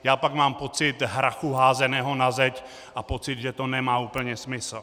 Já pak mám pocit hrachu házeného na zeď a pocit, že to nemá úplně smysl.